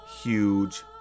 huge